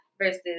versus